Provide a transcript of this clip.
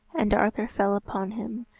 and arthur fell upon him,